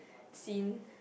seen